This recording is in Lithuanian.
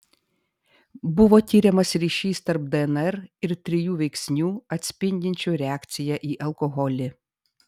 buvo tiriamas ryšys tarp dnr ir trijų veiksnių atspindinčių reakciją į alkoholį